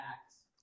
Acts